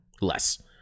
less